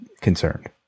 concerned